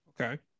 Okay